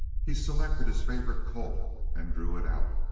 he selected his favorite colt and drew it out.